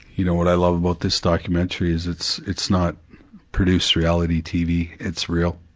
you know, what i love about this documentary is it's it's not produced reality tv, it's real.